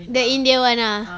the india [one] ah